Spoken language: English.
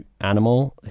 animal